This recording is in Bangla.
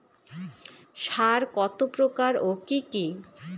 সার কত প্রকার ও কি কি?